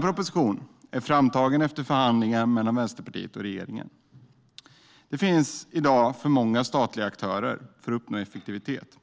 Propositionen är framtagen efter förhandlingar mellan Vänsterpartiet och regeringen. Det finns i dag för många statliga aktörer för att uppnå effektivitet.